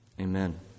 Amen